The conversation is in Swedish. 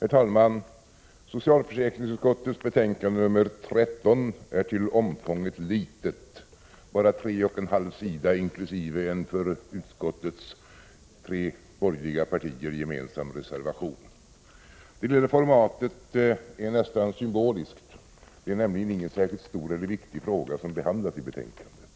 Herr talman! Socialförsäkringsutskottets betänkande 13 är till omfånget litet, bara tre och en halv sida inkl. en för utskottets tre borgerliga partier gemensam reservation. Det lilla formatet är nästan symboliskt — det är nämligen inte någon särskilt stor eller viktig fråga som behandlas i betänkandet.